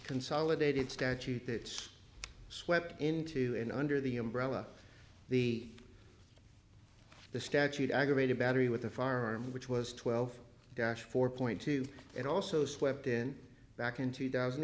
consolidated statute that swept into in under the umbrella of the the statute aggravated battery with the farm which was twelve dash four point two and also swept in back in two thousand